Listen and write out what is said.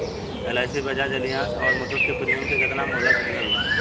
LIC Bajaj Allianz आउर मुथूट के premium के केतना मुहलत मिलल बा?